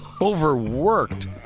overworked